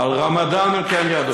על הרמדאן הם כן ידעו.